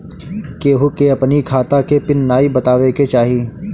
केहू के अपनी खाता के पिन नाइ बतावे के चाही